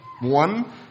One